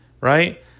right